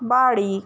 বাড়ি